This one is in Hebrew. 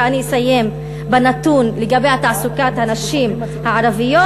ואני אסיים בנתון לגבי תעסוקת הנשים הערביות.